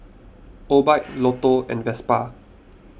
Obike Lotto and Vespa